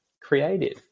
creative